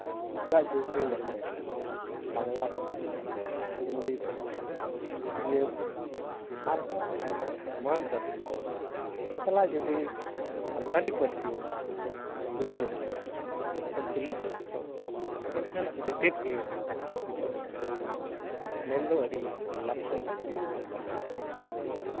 ᱥᱮᱫᱟᱭ ᱡᱩᱜᱽ ᱨᱮ ᱧᱮᱞᱢᱮ ᱵᱟᱝᱞᱟ ᱯᱟᱹᱨᱥᱤ ᱦᱤᱱᱫᱤ ᱯᱟᱹᱨᱥᱤ ᱩᱲᱤᱭᱟᱹ ᱯᱟᱹᱨᱥᱤ ᱟᱨᱦᱚᱸ ᱟᱭᱢᱟ ᱮᱢᱟᱱ ᱯᱟᱹᱨᱥᱤ ᱠᱚ ᱥᱟᱞᱟᱜ ᱡᱩᱫᱤ ᱥᱟᱱᱛᱟᱲᱤ ᱯᱟᱹᱨᱥᱤᱢ ᱛᱩᱞᱟᱹ ᱡᱚᱠᱷᱟᱭᱟ ᱥᱮᱢ ᱛᱩᱞᱟᱹ ᱯᱟᱹᱭᱞᱟᱹᱭᱟ ᱮᱱᱠᱷᱟᱱ ᱟᱹᱰᱤ ᱛᱮᱫ ᱜᱮ ᱡᱩᱫᱟᱹ ᱜᱮᱭᱟ ᱢᱮᱱ ᱫᱚ ᱟᱹᱰᱤ ᱞᱟᱯᱷᱟᱝ ᱜᱮᱭᱟ ᱥᱟᱱᱛᱟᱲᱤ ᱯᱟᱹᱨᱥᱤ